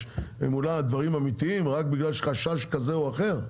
מולה דברים אמיתיים רק בגלל חשש כזה או אחר?